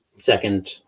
second